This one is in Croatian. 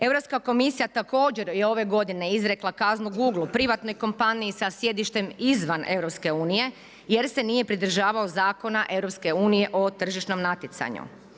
Europska komisija, također je ove godine izrekla kaznu Google, privatnoj kompaniji sa sjedištem izvan EU, jer se nije pridržavao Zakona EU o tržišnom natjecanju.